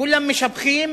כולם משבחים